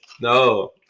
No